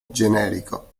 generico